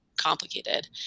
complicated